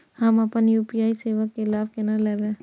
हम अपन यू.पी.आई सेवा के लाभ केना लैब?